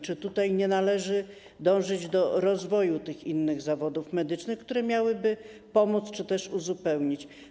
Czy tutaj nie należy dążyć do rozwoju innych zawodów medycznych, które miałyby pomóc czy też uzupełnić braki?